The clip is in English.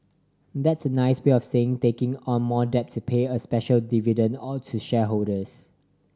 that's a nice way of saying taking on more debt to pay a special dividend all to shareholders